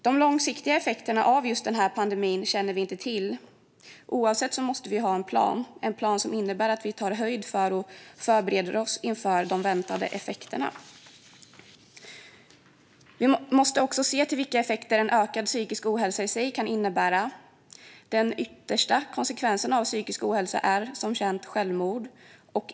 De långsiktiga effekterna av just den här pandemin känner vi inte till, men oavsett måste vi ha en plan som innebär att vi tar höjd för och förbereder oss inför de väntade effekterna. Vi måste också ta med vilka effekter en ökad psykisk ohälsa i sig kan innebära. Den yttersta konsekvensen av psykisk ohälsa är, som vi vet, självmord.